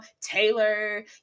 Taylor